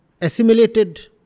assimilated